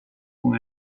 con